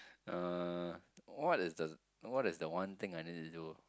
uh what is the what is the one thing I needed to do